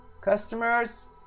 Customers